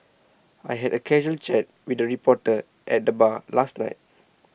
I had A casual chat with A reporter at the bar last night